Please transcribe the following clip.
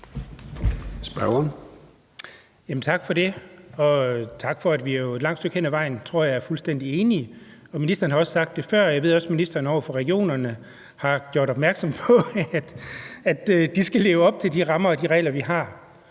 hen ad vejen, tror jeg, er fuldstændig enige. Ministeren har også sagt det før, og jeg ved også, at ministeren over for regionerne har gjort opmærksom på, at de skal leve op til de rammer og de regler, vi har.